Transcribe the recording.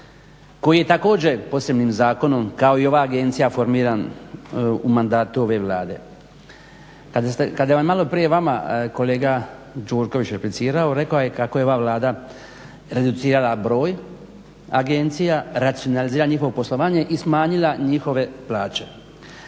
koji je također posebnim zakonom kao i ova agencija formiran u mandatu ove Vlade. Kada vam je malo prije vama kolega Gjurković replicirao rekao je kako je ova Vlada reducirala broj agencija, racionalizirala njihovo poslovanje i smanjila njihove plaće.